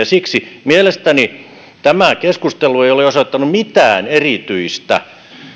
siksi mielestäni tämä keskustelu ei ole osoittanut mitään erityistä